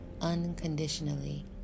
unconditionally